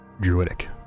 Druidic